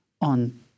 on